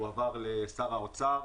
הועבר לאישורו של שר האוצר.